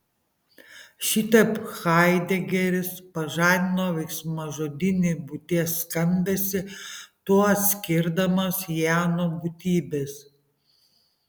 šitaip haidegeris pažadino veiksmažodinį būties skambesį tuo atskirdamas ją nuo būtybės